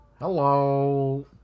Hello